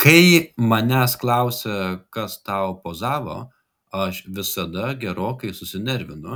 kai manęs klausia kas tau pozavo aš visada gerokai susinervinu